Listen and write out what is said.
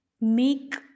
make